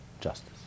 justice